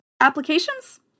Applications